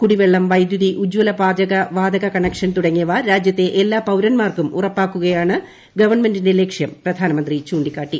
കുടിവെള്ളം വൈദ്യുതി ഉജ്ജ്വല പാചക വാതക കണക്ഷൻ തുടങ്ങിയവ രാജ്യത്തെ എല്ലാ പൌരൻമാർക്കും ഉറപ്പാക്കുകയാണ് ഗവൺമെന്റിന്റെ ലക്ഷ്യം പ്രധാനമന്ത്രി ചൂ ിക്കാട്ടി